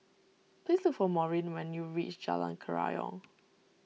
please look for Maureen when you reach Jalan Kerayong